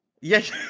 Yes